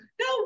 no